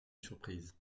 surprise